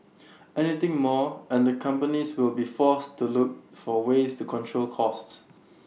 anything more and the companies will be forced to look for ways to control costs